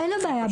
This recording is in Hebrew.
אין בעיה,